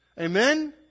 Amen